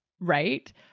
right